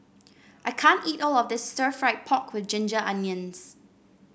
I can't eat all of this stir fry pork with Ginger Onions